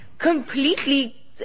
Completely